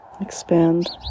expand